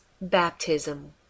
baptism